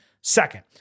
second